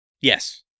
Yes